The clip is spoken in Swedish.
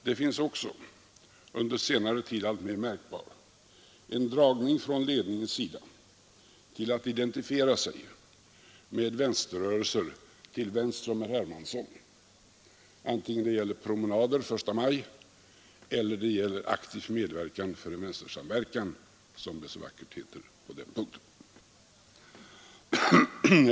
Det finns också en under senare tid alltmer märkbar dragning från ledningens sida till att identifiera sig med vänsterrörelser till vänster om herr Hermansson vare sig det gäller promenader 1 maj eller det gäller aktiv medverkan för en vänstersamverkan som det så vackert heter på den punkten.